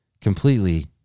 completely